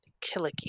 killicky